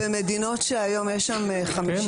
במדינות שהיום יש בהן 50